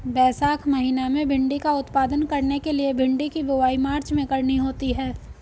वैशाख महीना में भिण्डी का उत्पादन करने के लिए भिंडी की बुवाई मार्च में करनी होती है